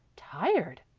tired,